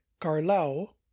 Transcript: Carlao